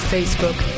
Facebook